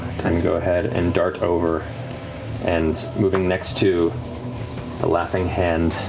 then go ahead and dart over and moving next to the laughing hand.